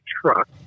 truck